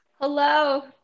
Hello